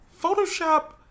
Photoshop